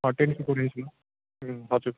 ten केको रेन्जमा हजुर